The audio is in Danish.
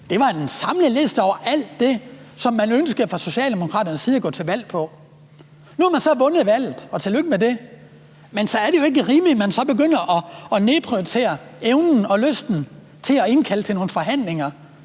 var en samlet liste over alt det, som man fra Socialdemokraternes side ønskede at gå til valg på. Nu har man så vundet valget, og tillykke med det, men så er det jo ikke rimeligt, at man begynder at nedprioritere evnen og lysten til at indkalde til nogle forhandlinger.